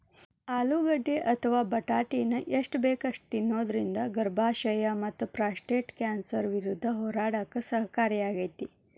ಆಲೂಗಡ್ಡಿ ಅಥವಾ ಬಟಾಟಿನ ಎಷ್ಟ ಬೇಕ ಅಷ್ಟ ತಿನ್ನೋದರಿಂದ ಗರ್ಭಾಶಯ ಮತ್ತಪ್ರಾಸ್ಟೇಟ್ ಕ್ಯಾನ್ಸರ್ ವಿರುದ್ಧ ಹೋರಾಡಕ ಸಹಕಾರಿಯಾಗ್ಯಾತಿ